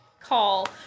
call